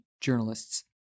journalists